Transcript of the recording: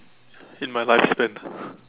in my lifespan